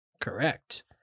Correct